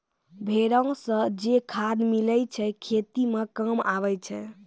भेड़ो से जे खाद मिलै छै खेती मे काम आबै छै